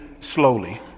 slowly